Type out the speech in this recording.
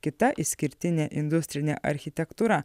kita išskirtinė industrinė architektūra